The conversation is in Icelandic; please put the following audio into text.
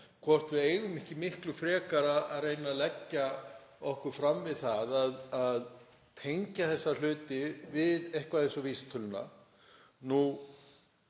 hvort við eigum ekki miklu frekar að reyna að leggja okkur fram um að tengja þessa hluti við eitthvað eins og vísitöluna.